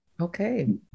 Okay